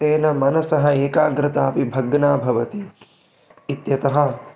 तेन मनसः एकाग्रतापि भग्ना भवति इत्यतः